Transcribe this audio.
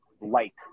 light